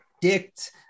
predict